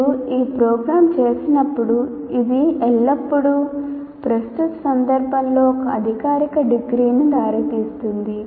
మీరు ఒక ప్రోగ్రామ్ చెప్పినప్పుడు ఇది ఎల్లప్పుడూ ప్రస్తుత సందర్భంలో ఒక అధికారిక డిగ్రీకి దారితీస్తుంది